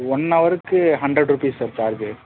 one ஹவருக்கு hundred rupees sir charge